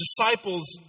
disciples